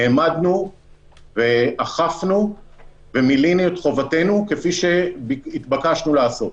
נעמדנו ואכפנו ומילאנו את חובתנו כפי שהתבקשנו לעשות.